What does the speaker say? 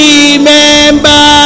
Remember